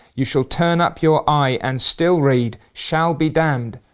you shall turn up your eye and still read, shall be damned,